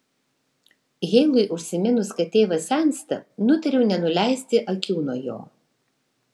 heilui užsiminus kad tėvas sensta nutariau nenuleisti akių nuo jo